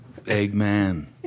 Eggman